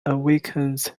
awakens